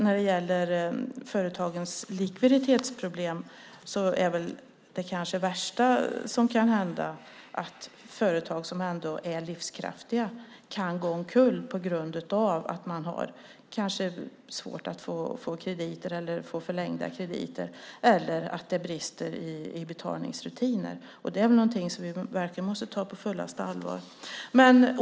När det gäller företagens likviditetsproblem tycker jag också att det kanske värsta som kan hända är att företag som är livskraftiga kan gå omkull på grund av att de har svårt att få krediter, att få förlängda krediter eller för att det brister i betalningsrutiner. Det är något som vi verkligen måste ta på fullaste allvar.